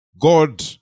God